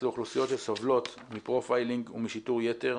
לאוכלוסיות שסובלות מפרופיילינג ומשיטור יתר,